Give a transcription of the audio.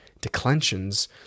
declensions